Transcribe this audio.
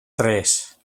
tres